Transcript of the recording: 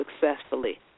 successfully